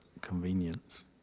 convenience